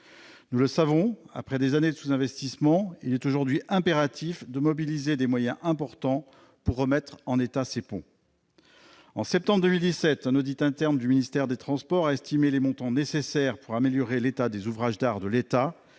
Nous le savons, après des années de sous-investissement, il est aujourd'hui impératif de mobiliser des moyens importants pour remettre en état ces ponts. En septembre 2017, un audit interne du ministère des transports a estimé à 110 millions d'euros par an les montants nécessaires pour améliorer l'état des ouvrages d'art de l'État